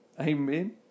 Amen